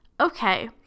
okay